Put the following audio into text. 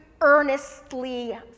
earnestly